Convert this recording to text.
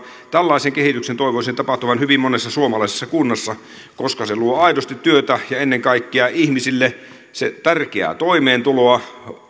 tällaisen kehityksen toivoisin tapahtuvan hyvin monessa suomalaisessa kunnassa koska se luo aidosti työtä ja ennen kaikkea ihmisille tärkeää toimeentuloa